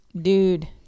dude